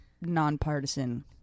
nonpartisan